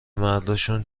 مرداشون